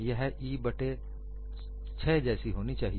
यह E बट्टे 6 जैसी होनी चाहिए